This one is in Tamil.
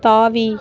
தாவி